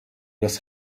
das